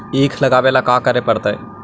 ईख लगावे ला का का करे पड़तैई?